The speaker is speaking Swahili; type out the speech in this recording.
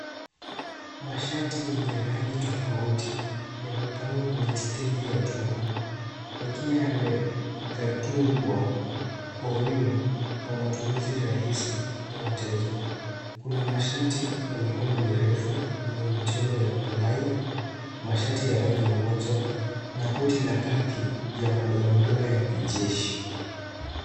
Mashati yenye rangi tofauti yamepangwa kwenye stendi ya chuma, yakiwa yamegatungwa kwa wima kwa matumizi rahisi ya wateja. Kuna mashati ya mikono mirefu yenye michoro ya plied , mashati ya rangi moja na koti la kaki ya madoadoa ya kijeshi.